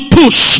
push